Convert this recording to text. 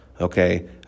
Okay